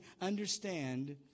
Understand